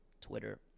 Twitter